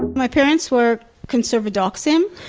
my parents were conservadoxim,